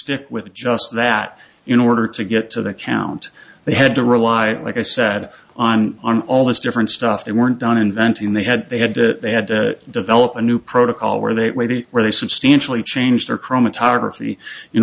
stick with just that in order to get to the count they had to rely like i said on on all these different stuff they weren't done inventing they had they had they had to develop a new protocol where they waited where they substantially change their chromatography in